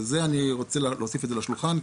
את זה אני רוצה להוסיף לשולחן,